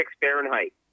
Fahrenheit